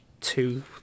Two